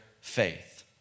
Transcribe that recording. faith